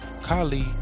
kali